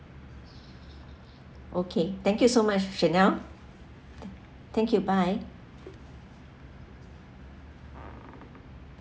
okay thank you so much janelle thank you bye